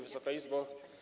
Wysoka Izbo!